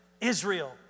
Israel